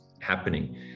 happening